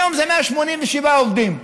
היום זה 187 עובדים.